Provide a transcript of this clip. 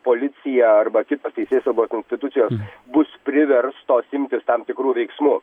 policija arba kitos teisėsaugos institucijos bus priverstos imtis tam tikrų veiksmų